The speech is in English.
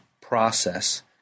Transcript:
process